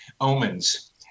omens